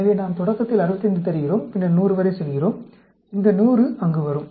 எனவே நாம் தொடக்கத்தில் 65 யைத் தருகிறோம் பின்னர் 100 வரை செல்கிறோம் இந்த 100 அங்கு வரும்